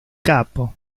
capo